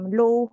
low